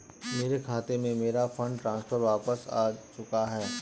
मेरे खाते में, मेरा फंड ट्रांसफर वापस आ चुका है